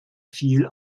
fiel